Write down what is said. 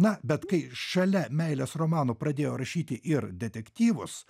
na bet kai šalia meilės romanų pradėjo rašyti ir detektyvus